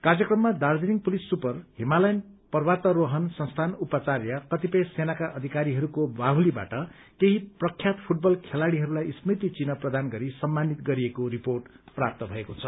कार्यक्रममा Darjeeling police super Himalayan पर्वतारोहण संस्थानका उपचार्य कतिपय सेनाका अधिकारीहरूको बाह्तीबाट केही प्रख्यात फूटबल खेलाड़ीहरूलाई स्मृति चिन्ह प्रदान गरी सम्मानिग गरिएको रिपोर्ट प्राप्त भएको छ